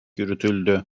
yürütüldü